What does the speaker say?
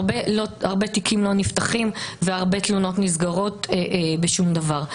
הרבה תיקים לא נפתחים והרבה תלונות נסגרות בשום דבר.